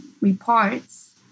reports